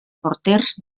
porters